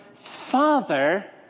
Father